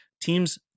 teams